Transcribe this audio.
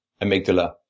amygdala